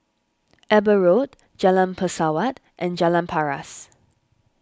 Eber Road Jalan Pesawat and Jalan Paras